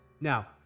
Now